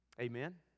Amen